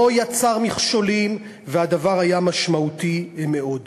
לא יצר מכשולים, והדבר היה משמעותי מאוד.